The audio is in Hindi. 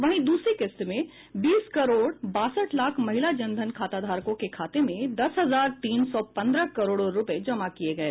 वहीं दूसरी किस्त में बीस करोड़ बासठ लाख महिला जन धन खाता धारकों के खाते में दस हजार तीन सौ पन्द्रह करोड़ रुपए जमा किए गए